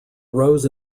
rose